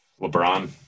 LeBron